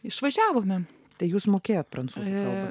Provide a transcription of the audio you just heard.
išvažiavome tai jūs mokėjote prancūzijoje